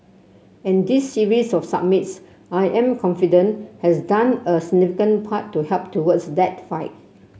and this series of summits I am confident has done a significant part to help towards that fight